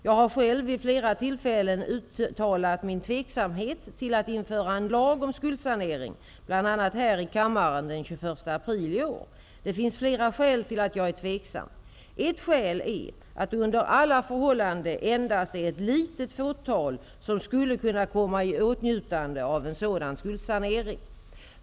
Jag har själv vid flera tillfällen uttalat min tveksamhet till att införa en lag om skuldsanering, bl.a. här i kammaren den 21 april i år. Det finns flera skäl till att jag är tveksam. Ett skäl är att det under alla förhållanden endast är ett litet fåtal som skulle kunna komma i åtnjutande av en sådan skuldsanering.